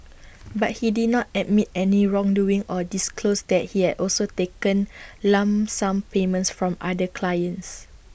but he did not admit any wrongdoing or disclose that he had also taken lump sum payments from other clients